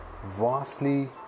vastly